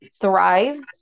thrive